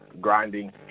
grinding